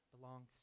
belongs